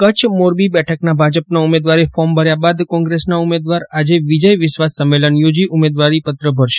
કચ્છ મોરબી બેઠકના ભાજપના ઉમેદવારે ફોર્મ ભર્યા બાદ કોંગ્રેસના ઉમેદવાર આજે વિજય વિશ્વાસ સંમેલન યોજી ઉમેદવારીપત્ર ભરશે